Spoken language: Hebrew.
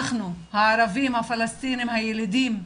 אנחנו, הערבים הפלשתינים הילידים,